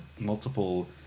multiple